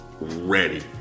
ready